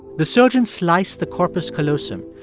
the surgeon sliced the corpus callosum,